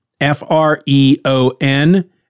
F-R-E-O-N